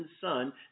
son